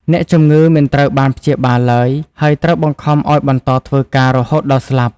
អ្នកជំងឺមិនត្រូវបានព្យាបាលឡើយ ហើយត្រូវបង្ខំឱ្យបន្តធ្វើការរហូតដល់ស្លាប់។